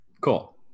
cool